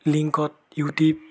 লিংকত ইউটিব